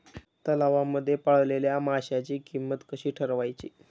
तलावांमध्ये पाळलेल्या माशांची किंमत कशी ठरवायची?